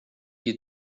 you